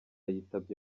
yitabye